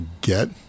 get